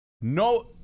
no